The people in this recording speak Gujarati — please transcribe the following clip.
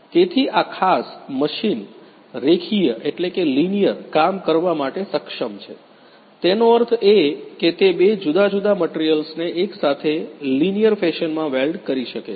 તેથી આ ખાસ મશીન રેખીય લીનીયર કામ કરવા માટે સક્ષમ છે તેનો અર્થ એ કે તે બે જુદા જુદા મટીરીયલ્સને એક સાથે રેખીય લીનીયર ફેશનમાં વેલ્ડ કરી શકે છે